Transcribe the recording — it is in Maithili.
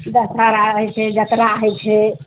दशहरा हइ छै जतरा हइ छै